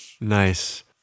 Nice